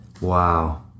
Wow